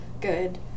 good